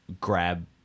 grab